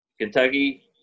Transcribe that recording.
Kentucky